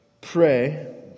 pray